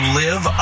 live